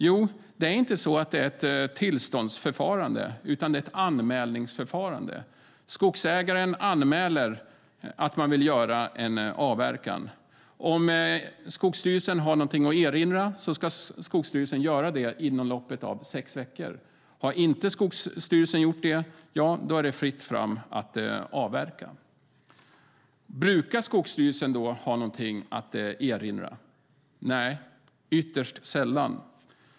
Jo, det är inte så att det är ett tillståndsförfarande, utan det är ett anmälningsförfarande - skogsägaren anmäler att man vill genomföra en avverkning. Om Skogsstyrelsen har någonting att erinra ska Skogsstyrelsen göra det inom loppet av sex veckor. Har Skogsstyrelsen inte gjort det är det fritt fram att avverka. Brukar då Skogsstyrelsen ha någonting att erinra? Nej, det är ytterst sällan.